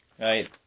right